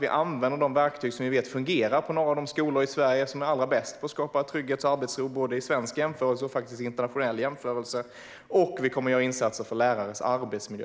Vi använder de verktyg som vi vet fungerar på några av de skolor i Sverige som är allra bäst på att skapa trygghet och arbetsro både vid svensk och vid internationell jämförelse. Och vi kommer att göra insatser för lärares arbetsmiljö.